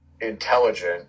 intelligent